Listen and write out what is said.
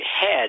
head